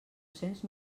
cents